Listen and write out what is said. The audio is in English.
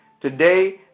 Today